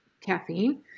caffeine